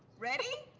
ready?